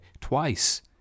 twice